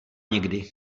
někdy